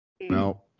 no